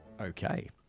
Okay